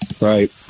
right